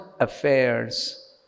affairs